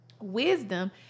wisdom